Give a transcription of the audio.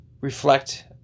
reflect